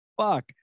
Fuck